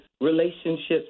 relationships